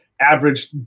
average